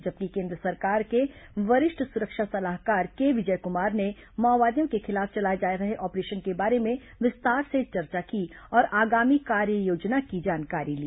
जबकि केंद्र सरकार के वरिष्ठ सुरक्षा सलाहकार के विजय कुमार ने माओवादियों के खिलाफ चलाए जा रहे ऑपरेशन के बारे में विस्तार से चर्चा की और आगामी कार्ययोजना की जानकारी ली